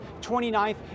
29th